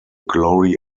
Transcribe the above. glory